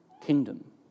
kingdom